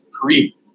pre